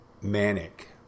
manic